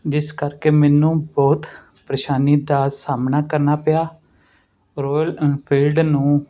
ਜਿਸ ਕਰਕੇ ਮੈਨੂੰ ਬਹੁਤ ਪਰੇਸ਼ਾਨੀ ਦਾ ਸਾਹਮਣਾ ਕਰਨਾ ਪਿਆ ਰੋਇਲ ਇੰਨਫੀਲਡ ਨੂੰ